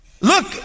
Look